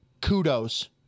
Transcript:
kudos